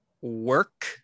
work